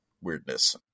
weirdness